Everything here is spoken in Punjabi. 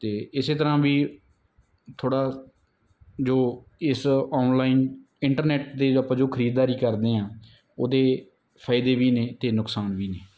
ਅਤੇ ਇਸੇ ਤਰ੍ਹਾਂ ਵੀ ਥੋੜ੍ਹਾ ਜੋ ਇਸ ਆਨਲਾਈਨ ਇੰਟਰਨੈਟ ਦੇ ਜੋ ਆਪਾਂ ਜੋ ਖਰੀਦਦਾਰੀ ਕਰਦੇ ਹਾਂ ਉਹਦੇ ਫਾਇਦੇ ਵੀ ਨੇ ਅਤੇ ਨੁਕਸਾਨ ਵੀ ਨੇ